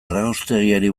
erraustegiari